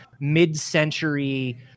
mid-century